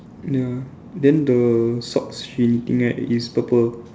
ya then the socks she knitting right is purple